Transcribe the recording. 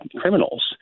criminals